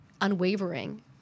unwavering